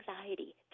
anxiety